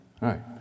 right